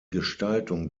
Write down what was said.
gestaltung